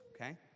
Okay